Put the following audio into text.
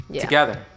Together